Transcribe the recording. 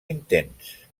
intents